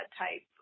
type